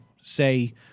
say